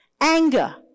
Anger